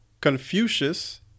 Confucius